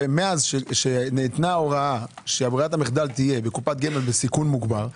ומאז שניתנה ההוראה שברירת המחדל תהיה קופת גמל בסיכון מוגבר,